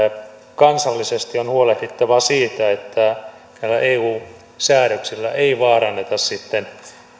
kansallisesti on huolehdittava siitä että näillä eu säädöksillä ei vaaranneta sitten